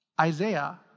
Isaiah